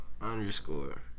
Underscore